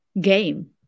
game